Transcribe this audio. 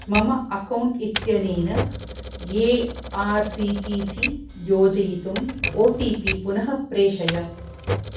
मम अक्कौण्ट् इत्यनेन A R C T C योजयितुम् ओ टि पि पुनः प्रेषय